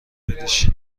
بدیش